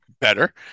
better